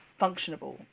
functionable